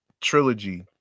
Trilogy